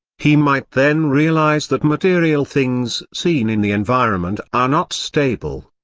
he might then realize that material things seen in the environment are not stable.